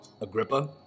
Agrippa